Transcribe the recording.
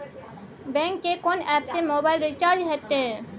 Bank के कोन app से मोबाइल रिचार्ज हेते?